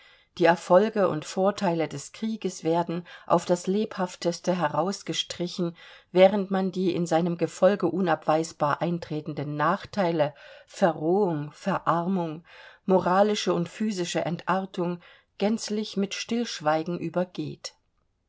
die erfolge und vorteile des krieges werden auf das lebhafteste herausgestrichen während man die in seinem gefolge unabweisbar eintretenden nachteile verrohung verarmung moralische und physische entartung gänzlich mit stillschweigen übergeht